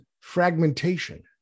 fragmentation